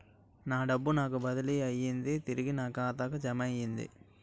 నా డబ్బు నాకు బదిలీ అయ్యింది తిరిగి నా ఖాతాకు జమయ్యింది